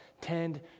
tend